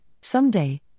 someday